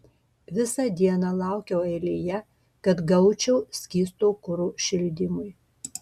visą dieną laukiau eilėje kad gaučiau skysto kuro šildymui